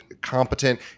competent